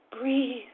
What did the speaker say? breathe